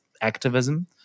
activism